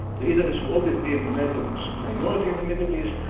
the israeli's will always be an numerical minority in the middle east,